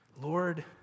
Lord